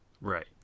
Right